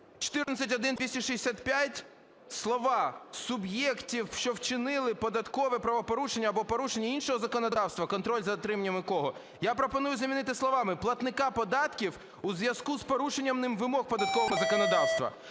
14.1.265 слова "суб'єктів, що вчинили податкове правопорушення або порушення іншого законодавства, контроль за дотриманням якого…" я пропоную замінити словами "платника податків у зв'язку з порушенням ним вимог податкового законодавства".